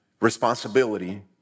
responsibility